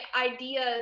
ideas